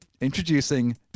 Introducing